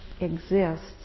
exists